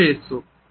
কাছে এসো